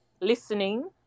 listening